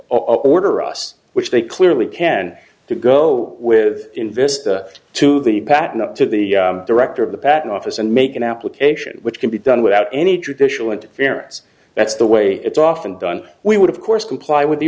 order us which they clearly can to go with invest to the patent up to the director of the patent office and make an application which can be done without any traditional interference that's the way it's often done we would of course comply with the